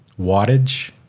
wattage